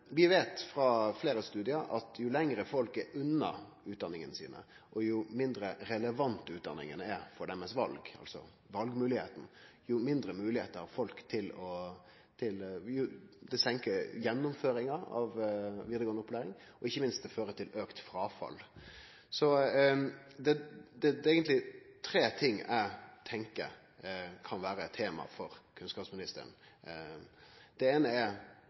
Vi veit, frå fleire studiar, at jo lenger unna utdanningsstaden folk bur, jo mindre relevante utdanningane er for deira val og jo færre valmoglegheiter dei har, jo større sjanse er det for at dei ikkje gjennomfører vidaregåande opplæring – altså auka fråfall. Det er eigentleg tre ting eg tenkjer kan vere eit tema for kunnskapsministeren: Det eine er